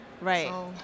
right